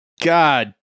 god